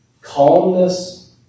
calmness